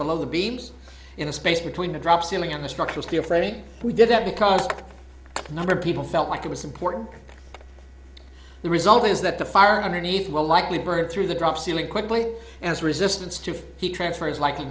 below the beams in a space between the drop ceiling and the structural steel framing we did that because the number of people felt like it was important the result is that the fire underneath will likely burd through the drop ceiling quickly as resistance to heat transfer is likely